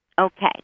Okay